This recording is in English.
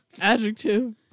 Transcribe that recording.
Adjective